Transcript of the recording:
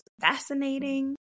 fascinating